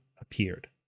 appeared